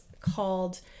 called